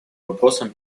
вопросам